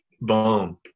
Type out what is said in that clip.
Boom